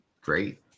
great